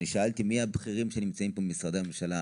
אני שאלתי מי הבכירים שנמצאים כאן ממשרדי הממשלה.